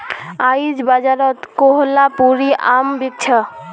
आईज बाजारत कोहलापुरी आम बिक छ